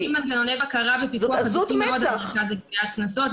אנחנו עושים מנגנוני בקרה ופיקוח הדוקים מאוד במרכז לגביית קנסות,